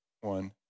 one